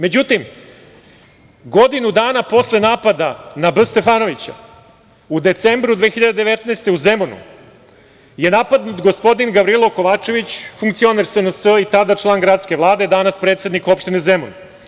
Međutim, godinu dana posle napada na B. Stefanovića u decembru 2019. godine u Zemunu je napadnut gospodin Gavrilo Kovačević, funkcioner SNS i tada član gradske Vlade, danas predsednik opštine Zemun.